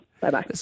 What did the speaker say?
Bye-bye